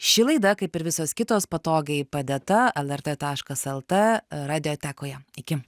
ši laida kaip ir visos kitos patogiai padėta elertė taškas lt radiotekoje iki